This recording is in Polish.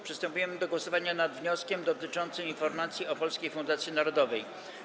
Przystępujemy do głosowania nad wnioskiem dotyczącym informacji o Polskiej Fundacji Narodowej.